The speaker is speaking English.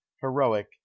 heroic